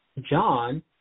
John